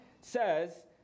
says